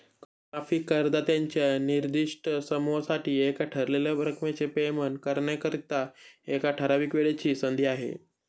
कर माफी करदात्यांच्या निर्दिष्ट समूहासाठी एका ठरवलेल्या रकमेचे पेमेंट करण्याकरिता, एका ठराविक वेळेची संधी आहे